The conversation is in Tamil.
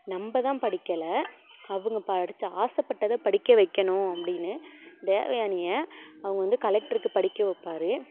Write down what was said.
நம்ப தான் படிக்கல அவங்க படிச்ச ஆசைப்பட்டத படிக்க வைக்கணும் அப்டினு தேவயானியை அவங்க வந்து கலெக்ட்ருக்கு படிக்க வைப்பாரு